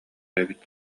эбит